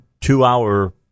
two-hour